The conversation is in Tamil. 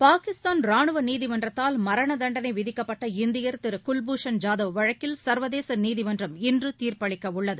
பாகிஸ்தான் ராணுவநீதிமன்றத்தால் மரணதண்டனைவிதிக்கப்பட்ட இந்தியர் திருகுல்பூஷன் ஜாதவ் வழக்கில் சா்வதேசநீதிமன்றம் இன்றுதீா்பளிக்கஉள்ளது